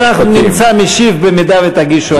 אבל אנחנו נמצא משיב אם תגישו הצעה כזאת.